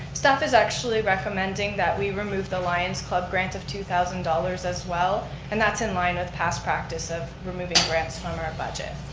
staff is actually recommending that we remove the lions club grant of two thousand dollars as well and that's in line with past practice of removing grants from our budget.